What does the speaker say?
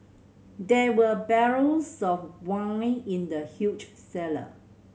there were barrels of wine in the huge cellar